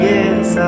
Yes